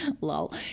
Lol